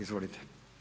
Izvolite.